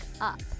up